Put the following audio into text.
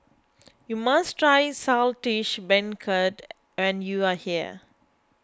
you must try Saltish Beancurd when you are here